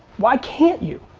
why can't you?